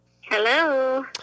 Hello